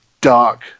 dark